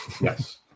Yes